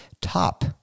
top